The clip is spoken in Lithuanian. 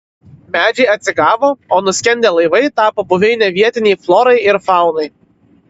medžiai atsigavo o nuskendę laivai tapo buveine vietinei florai ir faunai